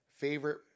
Favorite